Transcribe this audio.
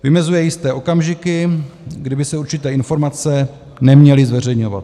Vymezuje jisté okamžiky, kdy by se určité informace neměly zveřejňovat.